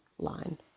line